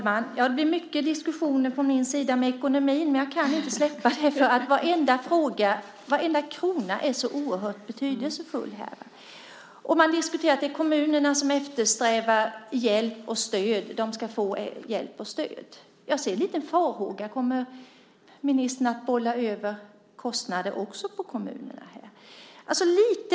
Herr talman! Det blir mycket diskussion om ekonomi från min sida, men jag kan inte släppa det. Varenda krona är så oerhört betydelsefull här. Man diskuterar att det är kommunerna som eftersträvar hjälp och stöd. De ska få hjälp och stöd. Jag har en liten farhåga: Kommer ministern också att bolla över kostnader på kommunerna?